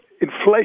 inflation